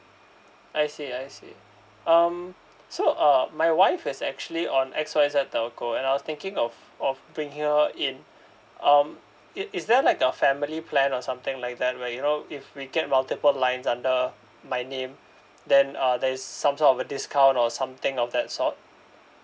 I see I see um so uh my wife is actually on X Y Z telco and I was thinking of of bringing her in um I~ is there like a family plan or something like that where you know if we get multiple lines under my name then uh there is some sort of a discount or something of that sort